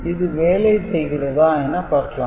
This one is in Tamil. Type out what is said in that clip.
இது வேலை செய்கிறதா என பார்க்கலாம்